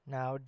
Now